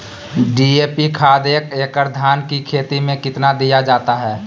DAP खाद एक एकड़ धान की खेती में कितना दीया जाता है?